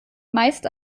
meist